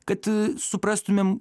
kad suprastumėm